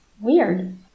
weird